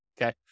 okay